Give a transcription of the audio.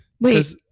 Wait